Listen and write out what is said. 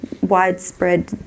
widespread